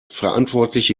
verantwortliche